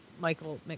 Michael